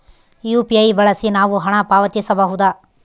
UPI ಬಳಸಿ ನಾವು ಹಣ ಪಾವತಿಸಬಹುದಾ?